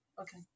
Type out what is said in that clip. Okay